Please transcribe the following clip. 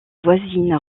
voisines